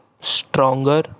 stronger